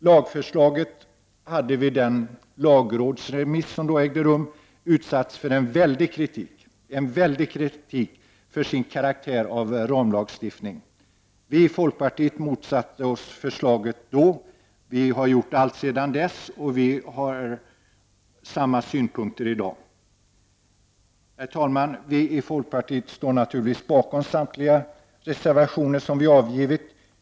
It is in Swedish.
Lagförslaget hade vid den lagrådsremiss som ägde rum utsatts för en väldig kritik för sin karaktär av ramlagstiftning. Vi i folkpartiet motsatte oss förslaget då, och vi har gjort det alltsedan dess. Vi har samma synpunkter i dag. Herr talman! Vi i folkpartiet står naturligtvis bakom samtliga reservationer som vi har avgivit.